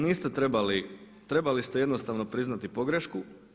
Niste trebali, trebali ste jednostavno priznati pogrešku.